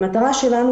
המטרה שלנו,